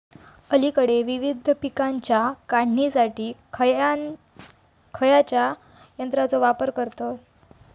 अलीकडे विविध पीकांच्या काढणीसाठी खयाच्या यंत्राचो वापर करतत?